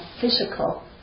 physical